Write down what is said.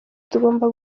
tugomba